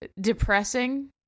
depressing